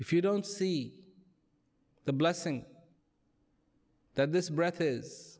if you don't see the blessings that this breath is